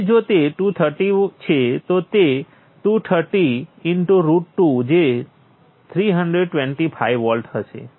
તેથી જો તે 230 છે તો તે 230 √2 જે 325 વોલ્ટ હશે